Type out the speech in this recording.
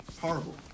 horrible